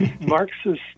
Marxist